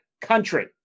country